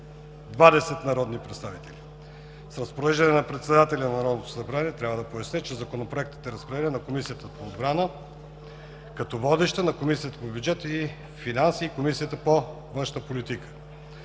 20 народни представители. С Разпореждане на председателя на Народното събрание, трябва да поясня, че Законопроектът е разпределен на Комисията по отбрана, като водеща, на Комисията по бюджет и финанси и на Комисията по външна политика.